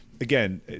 again